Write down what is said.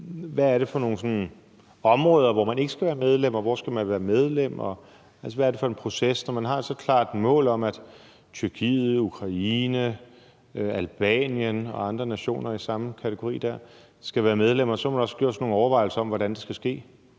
Hvad er det sådan for nogle områder, hvor man ikke skal være medlem, og hvor man skal være medlem? Altså, hvad er det for en proces? Når man har så klart et mål om, at Tyrkiet, Ukraine, Albanien og andre nationer i samme kategori skal være medlemmer, så må man også have gjort sig nogle overvejelser om, hvordan det skal ske.